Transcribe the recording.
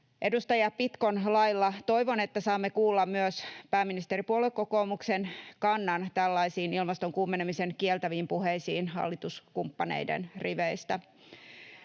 Edustaja Pitkon lailla toivon, että saamme kuulla myös pääministeripuolue kokoomuksen kannan tällaisiin ilmaston kuumenemisen kieltäviin puheisiin hallituskumppaneiden riveistä.